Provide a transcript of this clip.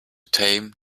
tame